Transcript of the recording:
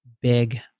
big